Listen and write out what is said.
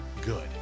Good